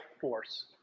force